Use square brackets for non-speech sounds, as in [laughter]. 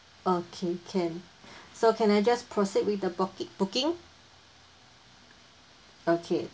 okay can [breath] so can I just proceed with the booki~ booking okay